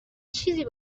چیزی